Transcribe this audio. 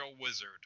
Wizard